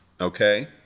okay